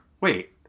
wait